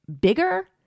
bigger